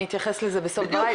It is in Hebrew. אני אתייחס לזה בסוף דבריי,